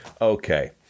Okay